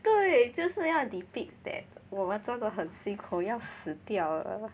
对就是要 depicts that 我们做得很辛苦要死掉了